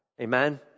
Amen